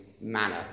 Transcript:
manner